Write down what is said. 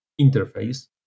interface